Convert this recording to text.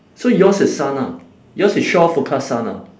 so yours is sun ah yours is shore forecast sun ah